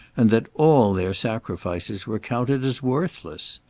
and that all their sacrifices were counted as worthless.